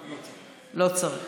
לא צריך.